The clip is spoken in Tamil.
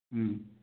ம்